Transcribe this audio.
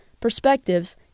perspectives